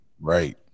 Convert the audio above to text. Right